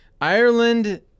Ireland